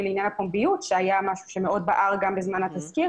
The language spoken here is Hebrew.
לעניין הפומביות שהיה משהו שמאוד בער גם בזמן התסקיר